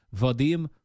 Vadim